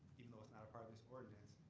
even though it's not a part of this ordinance.